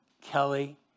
Kelly